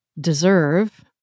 deserve